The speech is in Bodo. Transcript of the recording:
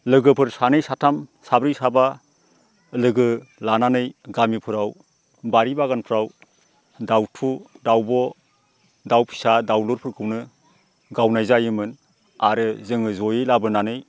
लोगोफोर सानै साथाम साब्रै साबा लोगो लानानै गामिफोराव बारि बागानफ्राव दाउथु दाउब' दाउफिसा दाउलुरफोरखौनो गावनाय जायोमोन आरो जोङो ज'यै लाबोनानै